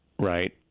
Right